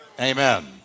Amen